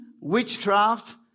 witchcraft